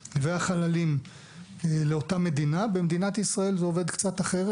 והחללים לאותה מדינה במדינת ישראל זה עובד קצת אחרת.